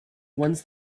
ones